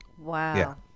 Wow